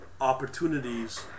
opportunities